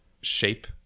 shape